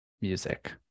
music